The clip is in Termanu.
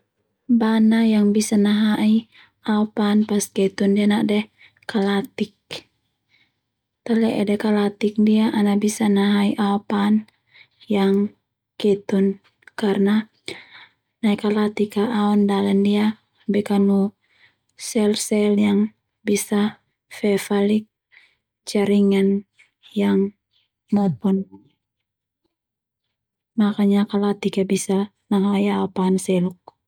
Bana yang bisa nahai aopan pas ketun ndia nade kalatik, tale'e ndia de kalatik ndia ana bisa nahai aopan yang ketun karna nai kalatik a aopan dale ndia be kanu sel-sel yang bisa fe falik jaringan yang mopon makanya kalatik bisa nahai aopan seluk.